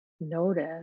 Notice